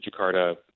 Jakarta